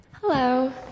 Hello